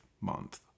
Month